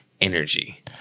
energy